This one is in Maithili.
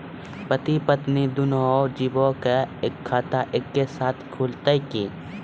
पति पत्नी दुनहु जीबो के खाता एक्के साथै खुलते की?